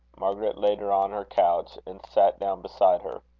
margaret laid her on her couch, and sat down beside her.